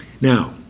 Now